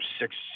six